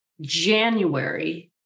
January